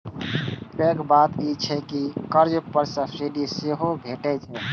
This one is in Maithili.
पैघ बात ई जे एहि कर्ज पर सब्सिडी सेहो भैटै छै